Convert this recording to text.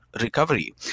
recovery